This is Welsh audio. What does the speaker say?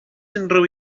unrhyw